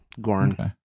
Gorn